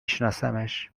شناسمش